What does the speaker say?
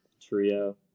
trio